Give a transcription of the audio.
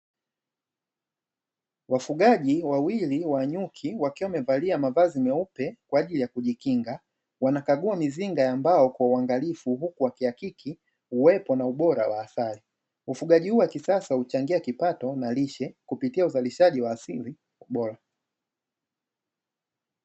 Wafugaji wawili wa nyuki wakiwa wamevalia mavazi meupe kwaajili ya kujikinga. Wanakagua mizinga ya mbao kwa uangalifu huku wakihakiki uwepo na ubora wa asali. Ufugaji huu wa kisasa huchangia kipato na lishe kupitia uzalishaji wa asili bora.